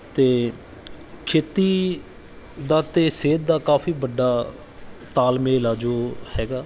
ਅਤੇ ਖੇਤੀ ਦਾ ਅਤੇ ਸਿਹਤ ਦਾ ਕਾਫੀ ਵੱਡਾ ਤਾਲਮੇਲ ਆ ਜੋ ਹੈਗਾ